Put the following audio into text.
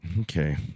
Okay